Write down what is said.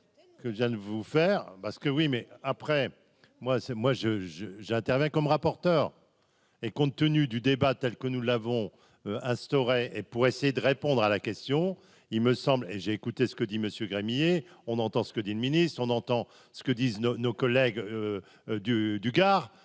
que je viens de vous faire parce que, oui, mais après, moi c'est moi, je, je, j'interviens comme rapporteur et compte tenu du débat, telle que nous l'avons instauré et pour essayer de répondre à la question, il me semble, et j'ai écouté ce que dit monsieur grenier, on entend ce que dit le ministre, on entend ce que disent nos, nos collègues du du